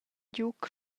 giug